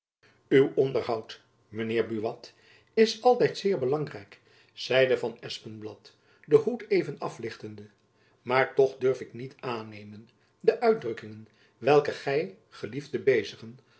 uw onderhoud mijn heer buat is altijd zeer belangrijk zeide van espenblad den hoed even aflichtende maar toch durf ik niet aannemen de uitdrukkingen welke gy gelieft te bezigen